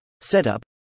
setup